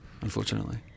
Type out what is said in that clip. unfortunately